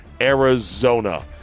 Arizona